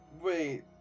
Wait